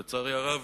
לצערי הרב,